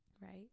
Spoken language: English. right